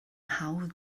hawdd